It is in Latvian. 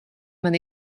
man